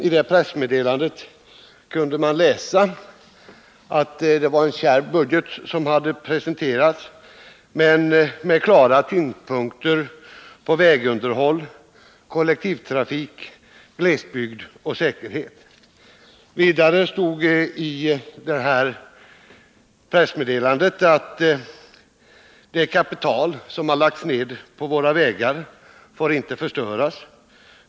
I det kunde man läsa att det var en kärv budget som hade lagts fram men med klara tyngdpunkter på vägunderhåll, kollektivtrafik, glesbygd och säkerhet. Vidare stod i detta pressmeddelande: ”Det kapital som har lagts ned på vägar får inte förstöras.